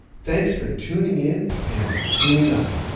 thanks for tuning in and tuning up.